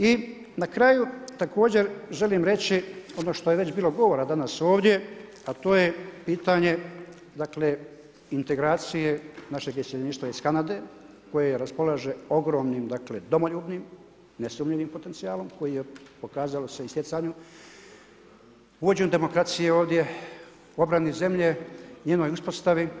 I na kraju, također želim reći, ono što je već bilo govora danas ovdje, a to je pitanje integracije našeg iseljeništva iz Kanade koje raspolaže ogromnim dakle, domoljubnim nesumnjivim potencijalom, koje je pokazalo se i u stjecanju, uvođenje demokracije ovdje, obrani zemlje, njenoj uspostavi.